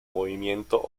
movimiento